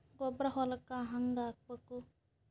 ಗೊಬ್ಬರ ಹೊಲಕ್ಕ ಹಂಗ್ ಹಾಕಬೇಕು?